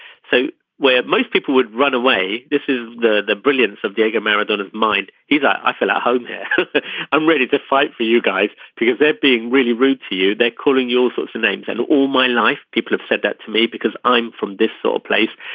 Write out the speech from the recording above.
so where most people would run away. this is the the brilliance of the ego marathon of mind is i i feel at home here i'm ready to fight for you guys because they're being really rude to you. they're calling you all sorts of names and all my life people have said that to me because i'm from this so place.